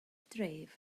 dref